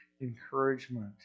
encouragement